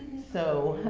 so,